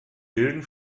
bilden